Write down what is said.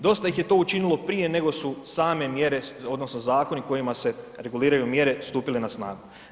Dosta ih je to učinilo prije nego su same mjere odnosno zakoni kojima se reguliraju mjere stupile na snagu.